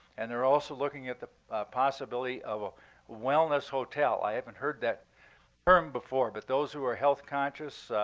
and they're also looking at the possibility of a wellness hotel. i haven't heard that term before, but those who are health conscious,